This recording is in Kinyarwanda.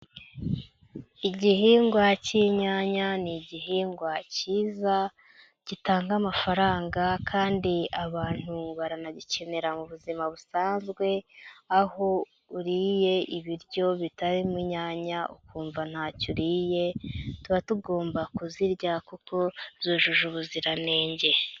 Igihingwa cy'inyanya ni igihingwa cyiza, gitanga amafaranga kandi abantu baranagikenera mu buzima busanzwe, aho uriye ibiryo bitarimo inyanya ukumva nta cyo uriye, tuba tugomba kuzirya kuko zujuje ubuziranenge.